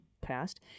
passed